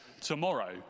tomorrow